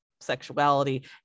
sexuality